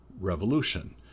Revolution